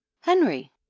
Henry